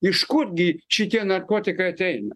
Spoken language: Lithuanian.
iš kur gi šitie narkotikai ateina